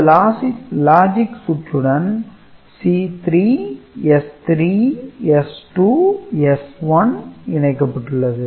இந்த லாஜிக் சுற்றுடன் C3 S3 S2 S1 இணைக்கப்பட்டுள்ளது